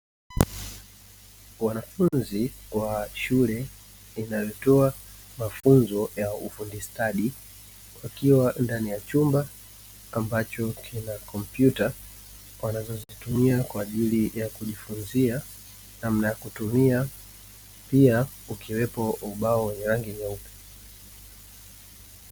Wanafunzi wa shule inayotoa mafunzo ya ufundi stadi wakiwa ndani ya chumba ambacho kina kompyuta wanazozitumia kwa ajili ya kujifunzia namna ya kutumia, pia ukiwepo ubao ya rangi nyeupe.